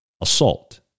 assault